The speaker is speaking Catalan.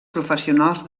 professionals